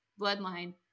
bloodline